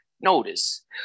Notice